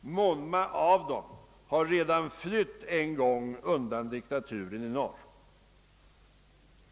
Många av dem har redan flytt en gång undan diktaturen i norr.